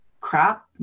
crap